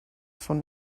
von